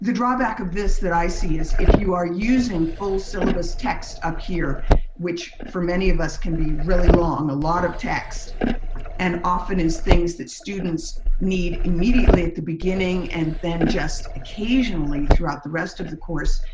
the drawback of this that i see is, if you are using full syllabus text up here which for many of us can be really long, a lot of text and often is things that students need immediately at the beginning and then just occasionally throughout the rest of the course,